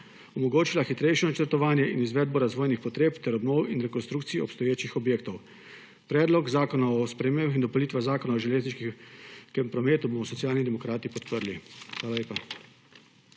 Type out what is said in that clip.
omogočila hitrejše načrtovanje in izvedbo razvojnih potreb ter obnovo in rekonstrukcijo obstoječih objektov. Predlog zakona o spremembah in dopolnitvah Zakona o železniškem prometu bom Socialni demokrati podprli. Hvala lepa.